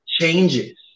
Changes